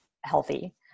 healthy